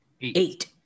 Eight